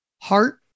heart